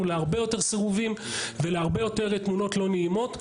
להרבה יותר סירובים ולהרבה יותר תמונות לא נעימות.